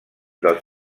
dels